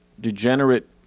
degenerate